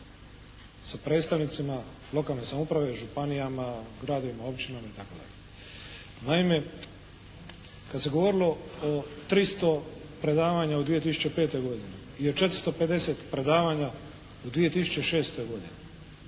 sa predstavnicima lokalne samouprave, županijama, gradovima, općinama itd. Naime, kada se govorilo o 300 predavanja u 2005. godini i o 450 predavanja u 2006. godini